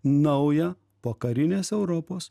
naują pokarinės europos